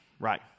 Right